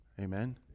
Amen